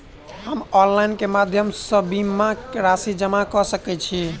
हम ऑनलाइन केँ माध्यम सँ बीमा केँ राशि जमा कऽ सकैत छी?